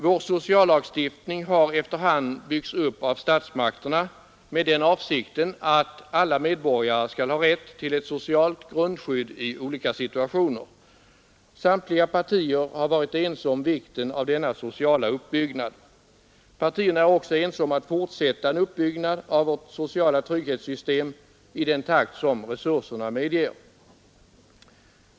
Vår sociallagstiftning har efter hand byggts upp av statsmakterna med den avsikten att alla medborgare skall ha rätt till ett socialt grundskydd i olika situationer. Samtliga partier har varit ense om vikten av denna sociala uppbyggnad. Partierna är också ense om att fortsätta en uppbyggnad av vårt sociala trygghetssystem i den takt som resurserna medger.